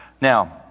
Now